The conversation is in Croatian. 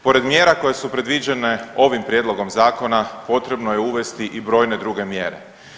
Pored mjera koje su predviđene ovim prijedlogom zakona potrebno je uvesti i brojne druge mjere.